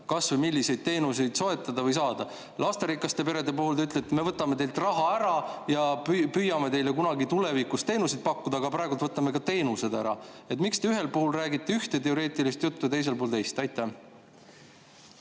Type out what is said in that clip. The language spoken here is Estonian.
kas või milliseid teenuseid soetada või saada. Lasterikaste perede puhul te ütlete, et me võtame teilt raha ära ja püüame teile kunagi tulevikus teenuseid pakkuda, aga praegu võtame ka teenused ära. Miks te ühel puhul räägite ühte teoreetilist juttu, teisel puhul teist? Aitäh,